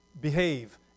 Behave